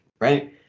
right